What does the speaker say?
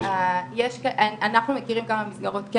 אנחנו מכירים כמה מסגרות.